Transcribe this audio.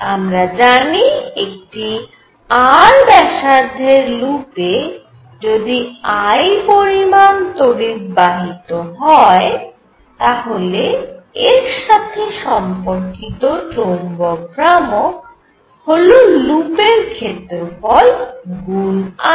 আমরা জানি একটি R ব্যাসার্ধের লুপে যদি I পরিমাণ তড়িৎ বাহিত হয় তাহলে এর সাথে সম্পর্কিত চৌম্বক ভ্রামক হল লুপের ক্ষেত্রফল গুন I